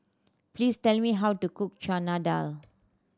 please tell me how to cook Chana Dal